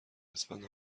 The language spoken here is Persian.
اسفند